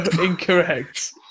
incorrect